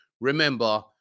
Remember